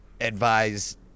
advise